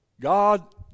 God